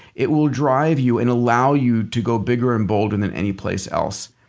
it will drive you and allow you to go bigger and bolder than any place else.